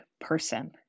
person